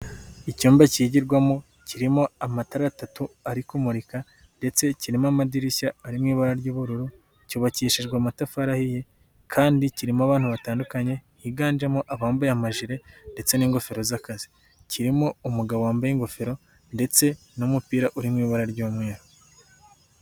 Icyumba kigirwamo, kirimo amatara atatu ari kumurika ndetse kirimo amadirishya arimo ibara ry'ubururu, cyubakishijwe amatafari ahiye kandi kirimo abantu batandukanye, higanjemo abambuye amajire ndetse n'ingofero z'akazi, kirimo umugabo wambaye ingofero ndetse n'umupira uri mu ibara ry'umweru.